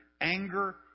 anger